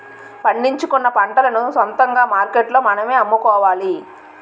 పండించుకున్న పంటలను సొంతంగా మార్కెట్లో మనమే అమ్ముకోవాలి